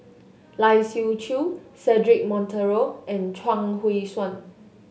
Lai Siu Chiu Cedric Monteiro and Chuang Hui Tsuan